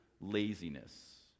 laziness